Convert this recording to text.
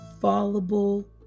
fallible